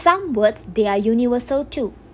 some words they are universal too